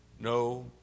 No